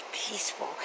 peaceful